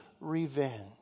revenge